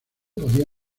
podía